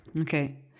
Okay